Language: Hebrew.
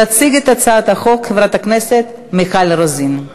לקריאה ראשונה.